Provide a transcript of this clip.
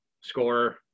scorer